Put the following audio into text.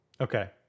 Okay